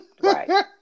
right